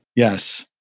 yes.